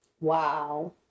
Wow